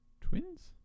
twins